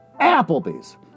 Applebee's